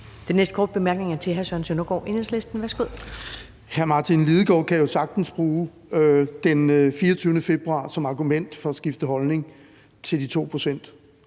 Den næste korte bemærkning er fra hr. Peder